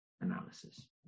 analysis